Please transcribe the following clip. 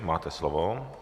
Máte slovo.